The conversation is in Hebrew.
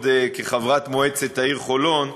עוד כחברת מועצת העיר חולון,